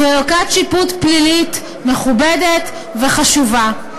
זו ערכאת שיפוט פלילית מכובדת וחשובה.